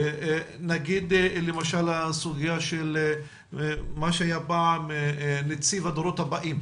נגיד למשל הסוגיה של מה שהיה פעם נציב הדורות הבאים,